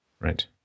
right